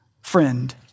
friend